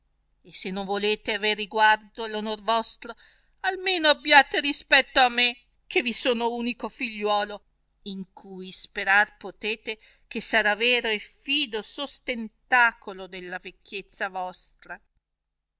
e se non volete aver risguardo all'onor vostro almeno abbiate rispetto a me che vi sono unico figliuolo in cui sperar potete che sarà vero e fido sostentacolo della vecchiezza vostra